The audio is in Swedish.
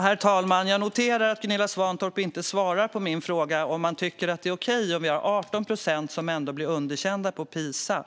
Herr talman! Jag noterar att Gunilla Svantorp inte svarade på min fråga om man tycker att det är okej att vi har 18 procent som blir underkända i PISA.